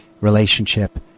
relationship